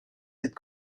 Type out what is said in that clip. cette